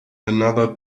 another